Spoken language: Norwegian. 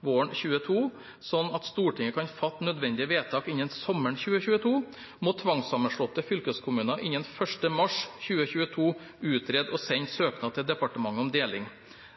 våren 2022, slik at Stortinget kan fatte nødvendige vedtak innen sommeren 2022, må tvangssammenslåtte fylkeskommuner innen 1. mars 2022 utrede og sende søknad til departementet om deling.